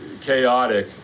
chaotic